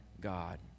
God